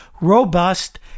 robust